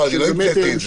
לא המצאתי את זה,